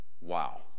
Wow